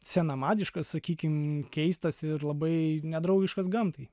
senamadiškas sakykim keistas ir labai nedraugiškas gamtai